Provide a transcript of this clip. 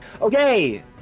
okay